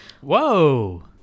Whoa